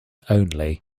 only